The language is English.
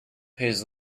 pays